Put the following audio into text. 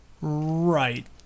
right